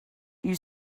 you